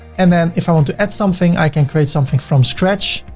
and then if i want to add something, i can create something from scratch,